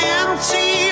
empty